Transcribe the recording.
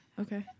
Okay